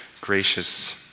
gracious